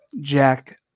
Jack